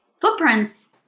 Footprints